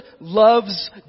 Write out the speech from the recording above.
loves